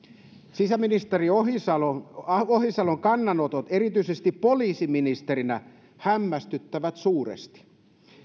sisäministeri ohisalon ohisalon kannanotot erityisesti poliisiministerinä hämmästyttävät suuresti